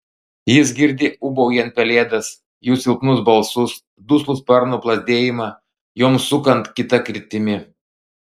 jis girdi ūbaujant pelėdas jų silpnus balsus duslų sparnų plazdėjimą joms sukant kita kryptimi